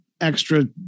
extra